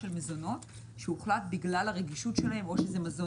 של מזונות שהוחלט בגלל הרגישות שלהם או שזה מזון